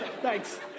thanks